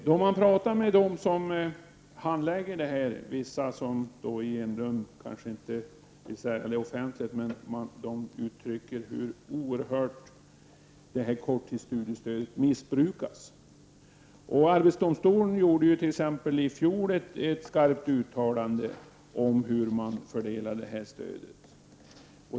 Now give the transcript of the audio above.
När man talar med dem som handlägger detta uttrycker vissa — i enrum, de kanske inte vill säga det offentligt — hur oerhört korttidsstudiestödet missbrukas. Arbetsdomstolen gjorde t.ex. i fjol ett skarpt uttalande när det gäller hur man fördelar stödet.